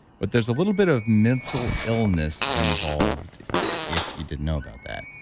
but there's a little bit of mental illness involved if you didn't know about that.